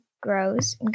grows